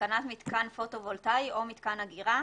התקנת מיתקן פוטו-וולטאי או מיתקן אגירה